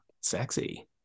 sexy